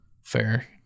Fair